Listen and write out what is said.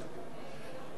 איפה יושב-ראש הכנסת?